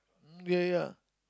mm yeah yeah yeah